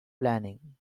planning